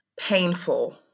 painful